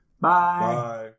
Bye